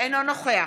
אינו נוכח